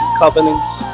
covenants